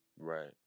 Right